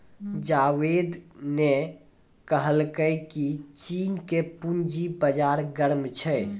जावेद ने कहलकै की चीन के पूंजी बाजार गर्म छै